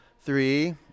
Three